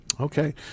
Okay